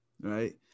Right